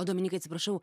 o dominykai atsiprašau